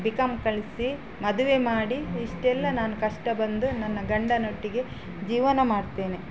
B com ಕಲಿಸಿ ಮದುವೆ ಮಾಡಿ ಇಷ್ಟೆಲ್ಲ ನಾನು ಕಷ್ಟ ಬಂದು ನನ್ನ ಗಂಡನೊಟ್ಟಿಗೆ ಜೀವನ ಮಾಡ್ತೇನೆ